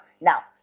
Now